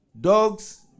dogs